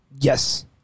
Yes